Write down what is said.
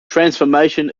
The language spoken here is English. transformation